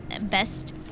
best